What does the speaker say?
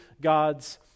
God's